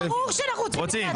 ברור שאנחנו רוצים התייעצות.